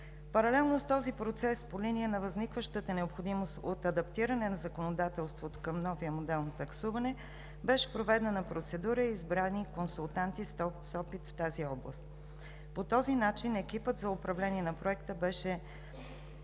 Паралелно с този процес, по линия на възникващата необходимост от адаптиране на законодателството към новия модел на таксуване, беше проведена процедура и избрани консултанти с опит в тази област. По този начин на екипа за управление на Проекта беше осигурена